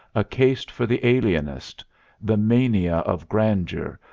a case for the alienist the mania of grandeur,